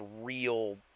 real